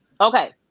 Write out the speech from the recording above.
Okay